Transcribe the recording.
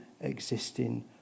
existing